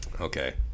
Okay